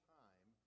time